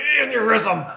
aneurysm